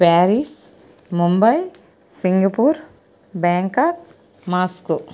Paris Mumbai Singapore Bangkok Moscow